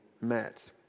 met